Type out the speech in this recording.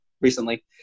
recently